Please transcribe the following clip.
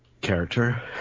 character